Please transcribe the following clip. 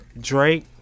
Drake